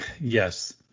Yes